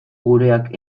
gureak